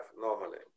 normally